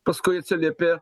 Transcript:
paskui atsiliepė